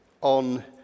on